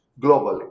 globally